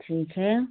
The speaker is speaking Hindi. ठीक है